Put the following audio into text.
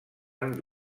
amb